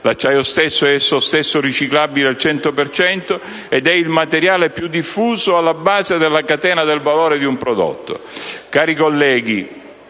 L'acciaio stesso è riciclabile al 100 per cento ed è il materiale più diffuso alla base della catena del valore di un prodotto. Cari colleghi,